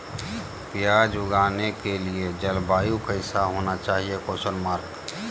प्याज उगाने के लिए जलवायु कैसा होना चाहिए?